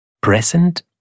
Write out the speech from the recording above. Present